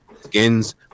skins